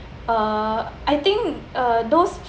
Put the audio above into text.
uh I think uh those